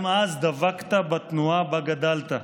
גם אז דבקת בתנועה שבה גדלת.